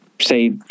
Say